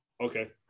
Okay